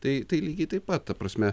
tai tai lygiai taip pat ta prasme